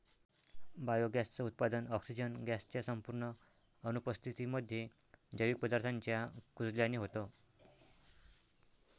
biogas च उत्पादन, oxygen gas च्या संपूर्ण अनुपस्थितीमध्ये, जैविक पदार्थांच्या कुजल्याने होतं